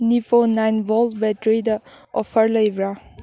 ꯅꯤꯐꯣ nine volt ꯕꯦꯇ꯭ꯔꯤꯗ offer ꯂꯩꯕ꯭ꯔꯥ